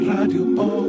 Radio